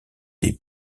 des